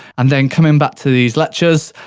and then coming back to these lectures,